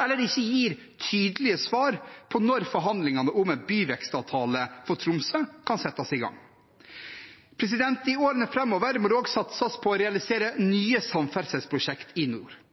eller ikke gir tydelige svar på når forhandlingene om en byvekstavtale for Tromsø kan settes i gang. I årene framover må det også satses på å realisere nye samferdselsprosjekt i nord, som ny